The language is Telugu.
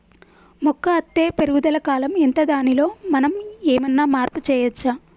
మొక్క అత్తే పెరుగుదల కాలం ఎంత దానిలో మనం ఏమన్నా మార్పు చేయచ్చా?